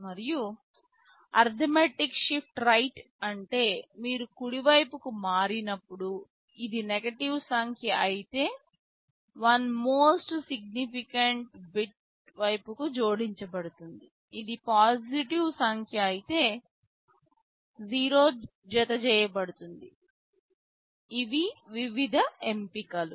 మరియు arithmetic shift right అంటే మీరు కుడివైపుకి మారినప్పుడు ఇది నెగటివ్ సంఖ్య అయితే 1 మోస్ట్ సిగ్నిఫికెన్ట్ బిట్ వైపుకు జోడించబడుతుంది అది పాజిటివ్ సంఖ్య అయితే 0 జతచేయబడుతుంది ఇవి వివిధ ఎంపికలు